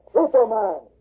Superman